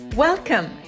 Welcome